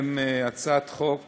בפניכם את הצעת חוק